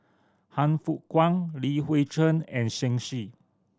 Han Fook Kwang Li Hui Cheng and Shen Xi